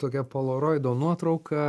tokia polaroido nuotrauka